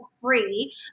free